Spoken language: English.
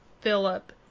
Philip